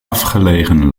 afgelegen